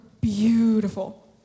beautiful